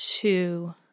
two